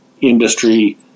industry